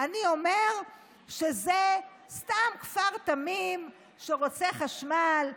אני אומר שזה סתם כפר תמים שרוצה חשמל,